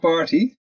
Party